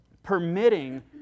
permitting